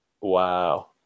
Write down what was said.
Wow